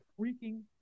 freaking